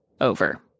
over